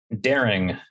daring